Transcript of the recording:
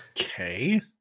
Okay